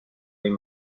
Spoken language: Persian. این